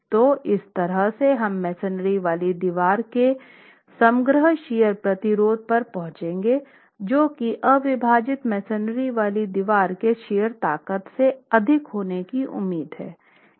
तो इस तरह से हम मेसनरी वाली दीवार के समग्र शियर प्रतिरोध पर पहुंचेंगे जो कि अविभाजित मेसनरी वाली दीवार के शियर ताकत से अधिक होने की उम्मीद है